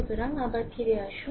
সুতরাং আবার ফিরে আসুন